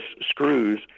screws